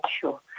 sure